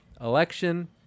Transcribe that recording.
election